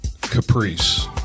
caprice